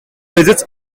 widgets